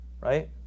right